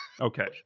Okay